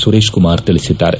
ಸುರೇಶ್ ಕುಮಾರ್ ತಿಳಿಸಿದ್ದಾರೆ